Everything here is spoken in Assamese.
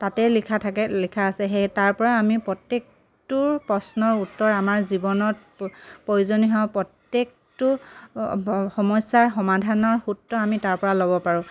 তাতেই লিখা থাকে লিখা আছে সেই তাৰ পৰা আমি প্ৰত্যেকটোৰ প্ৰশ্নৰ উত্তৰ আমাৰ জীৱনত প প্ৰয়োজনীয় হওক প্ৰত্যেকটো সমস্যাৰ সমাধানৰ সূত্ৰ আমি তাৰ পৰা ল'ব পাৰোঁ